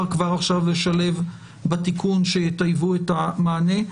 כבר עכשיו לשלב בתיקון שיטייבו את המענה.